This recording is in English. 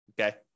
okay